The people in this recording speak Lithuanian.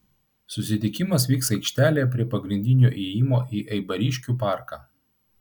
susitikimas vyks aikštelėje prie pagrindinio įėjimo į eibariškių parką